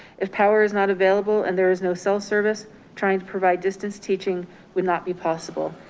if power is not available and there is no cell service trying to provide distance teaching would not be possible.